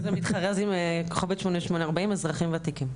זה מתחרז *8840 אזרחים וותיקים.